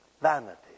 vanity